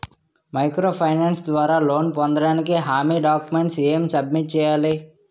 Micro finance ద్వారా loan పొందటానికి హామీ డాక్యుమెంట్స్ ఎం సబ్మిట్ చేయాలి?